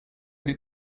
did